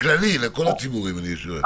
הכללי, לכל הציבורים אני שואל.